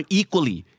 equally